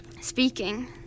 Speaking